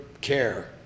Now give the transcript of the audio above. care